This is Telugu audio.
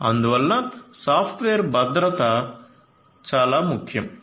అందువలన సాఫ్ట్వేర్ భద్రత చాలా ముఖ్యం